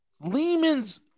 Lehman's